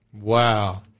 Wow